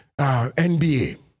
NBA